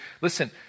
listen